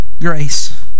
grace